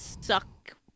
suck